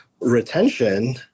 retention